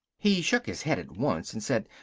he shook his head at once and said,